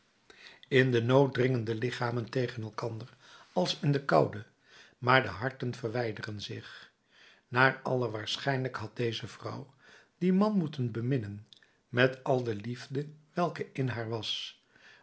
in den nood dringen de lichamen tegen elkander als in de koude maar de harten verwijderen zich naar alle waarschijnlijkheid had deze vrouw dien man moeten beminnen met al de liefde welke in haar was